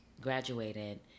Graduated